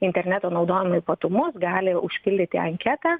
interneto naudojimo ypatumus gali užpildyti anketą